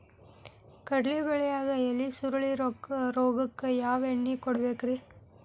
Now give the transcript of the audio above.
ಕಡ್ಲಿ ಬೆಳಿಯಾಗ ಎಲಿ ಸುರುಳಿ ರೋಗಕ್ಕ ಯಾವ ಎಣ್ಣಿ ಹೊಡಿಬೇಕ್ರೇ?